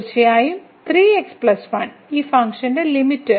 തീർച്ചയായും 3x1 ഈ ഫംഗ്ഷന്റെ ലിമിറ്റ്